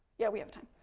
yeah we have time.